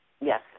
Yes